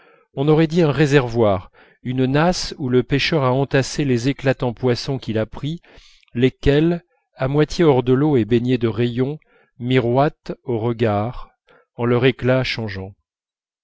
on aurait dit un réservoir une nasse où le pêcheur a entassé les éclatants poissons qu'il a pris lesquels à moitié hors de l'eau et baignés de rayons miroitent aux regards en leur éclat changeant